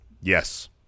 Yes